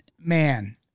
Man